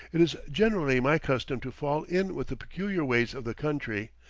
it is generally my custom to fall in with the peculiar ways of the country,